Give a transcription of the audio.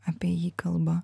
apie jį kalba